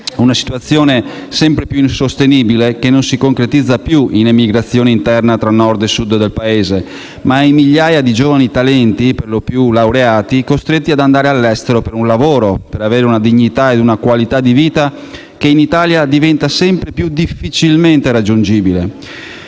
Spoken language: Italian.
una situazione sempre più insostenibile, che non si concretizza più in emigrazione interna tra nord e sud del Paese, ma in migliaia di giovani talenti, per lo più laureati, costretti ad andare all'estero per avere un lavoro, una dignità e una qualità della vita, che in Italia diventa sempre più difficilmente raggiungibile.